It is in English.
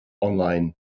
online